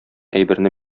әйберне